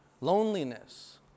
Loneliness